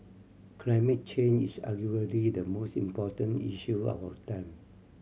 climate change is arguably the most important issue of our time